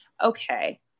okay